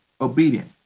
obedient